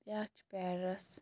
بیاکھ چھِ پیرَس